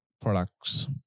products